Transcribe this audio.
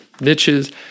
niches